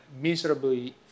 miserably